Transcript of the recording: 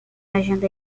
agenda